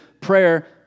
prayer